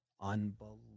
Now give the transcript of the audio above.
Unbelievable